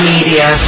Media